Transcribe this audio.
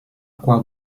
quoi